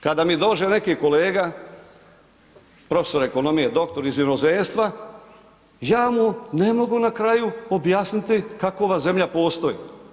Kada mi dođe neki kolega profesor ekonomije, doktor iz inozemstva ja mu ne mogu na kraju objasniti kako ova zemlja postoji.